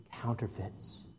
counterfeits